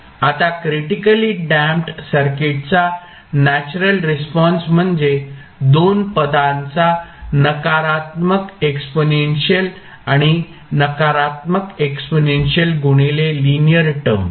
आता critically damped सर्किटचा natural response म्हणजे 2 पदांचा नकारात्मक एक्सपोनेन्शियल आणि नकारात्मक एक्सपोनेन्शियल गुणिले लिनीअर टर्मस्